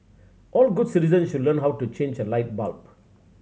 all good citizens should learn how to change a light bulb